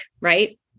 Right